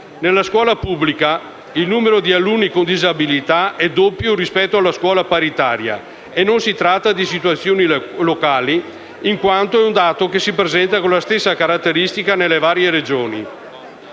Nella scuola pubblica il numero di alunni con disabilità è doppio rispetto a quello della scuola paritaria, e non si tratta di situazioni locali, in quanto è un dato che si presenta con la stessa caratteristica nelle varie regioni.